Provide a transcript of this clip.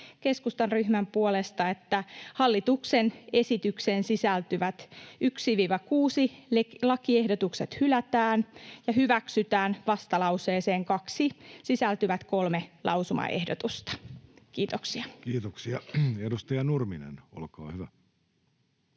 keskustan ryhmän puolesta, että hallituksen esitykseen sisältyvät 1.—6. lakiehdotus hylätään ja hyväksytään vastalauseeseen 2 sisältyvät kolme lausumaehdotusta. — Kiitoksia. Kiitoksia. — Edustaja Nurminen, olkaa hyvä.